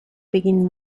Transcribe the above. begin